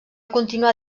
continuar